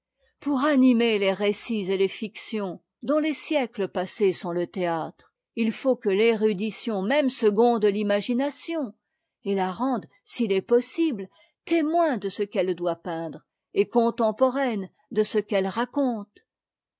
pour animer les récits et les fictions dont les siècles passés sont le théâtre il faut que érudition même seconde l'imagination et la rende s'il est possible témoin de ce qu'elle doit peindre et contemporaine de ce qu'elle raconte